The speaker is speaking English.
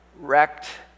wrecked